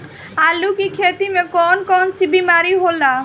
आलू की खेती में कौन कौन सी बीमारी होला?